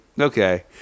Okay